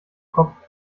kopf